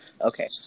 okay